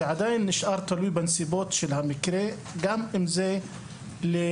זה עדיין נשאר תלוי בנסיבות של המקרה גם אם זה לאחראי.